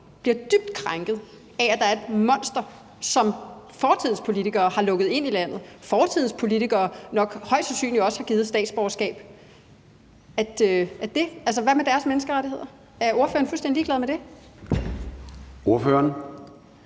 bliver dybt krænket af, at der er et monster, som fortidens politikere har lukket ind i Danmark, og som fortidens politikere nok højst sandsynligt også har givet et statsborgerskab her? Hvad med deres menneskerettigheder? Er ordføreren fuldstændig ligeglad med dem? Kl.